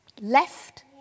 left